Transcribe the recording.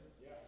Yes